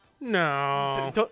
No